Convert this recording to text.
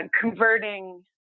converting